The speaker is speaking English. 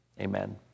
amen